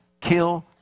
kill